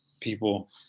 people